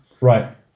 Right